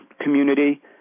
community